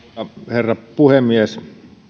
herra puhemies